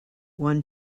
one